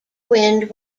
wind